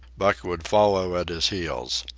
buck would follow at his heels.